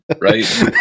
right